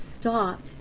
stopped